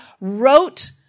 wrote